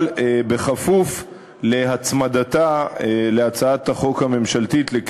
אבל בכפוף להצמדתה להצעת החוק הממשלתית שתוגש